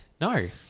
No